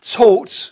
taught